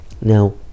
Now